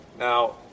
Now